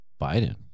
biden